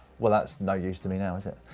well that's no use to me now, is it?